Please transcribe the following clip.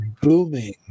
booming